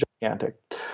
gigantic